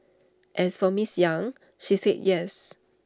as for miss yang she said yes